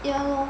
ya lor